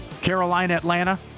Carolina-Atlanta